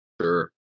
Sure